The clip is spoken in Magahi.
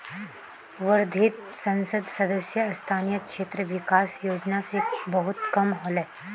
वर्धात संसद सदस्य स्थानीय क्षेत्र विकास योजना स बहुत काम ह ले